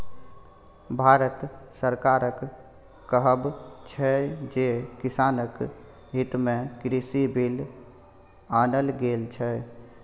भारत सरकारक कहब छै जे किसानक हितमे कृषि बिल आनल गेल छै